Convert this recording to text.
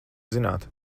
zināt